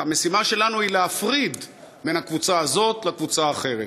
והמשימה שלנו היא להפריד בין הקבוצה הזאת לקבוצה האחרת.